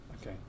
Okay